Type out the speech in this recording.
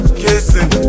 kissing